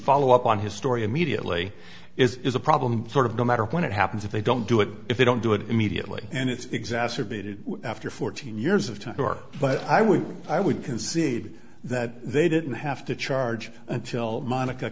follow up on historian immediately is a problem sort of no matter when it happens if they don't do it if they don't do it immediately and it's exacerbated after fourteen years of time but i would i would concede that they didn't have to charge until monica